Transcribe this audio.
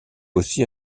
aussi